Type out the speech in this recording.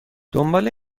دنبال